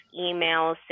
emails